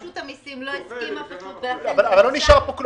רשות המיסים לא הסכימה ולכן --- אבל לא נשאר פה.